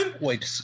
Wait